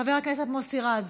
חבר הכנסת מוסי רז,